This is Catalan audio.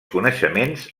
coneixements